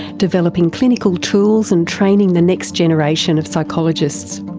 developing clinical tools, and training the next generation of psychologists.